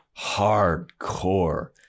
Hardcore